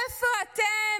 איפה אתם?